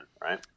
right